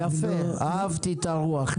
יפה, אהבתי את הרוח.